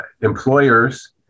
employers